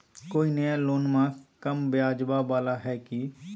कोइ नया लोनमा कम ब्याजवा वाला हय की?